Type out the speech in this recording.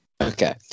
Okay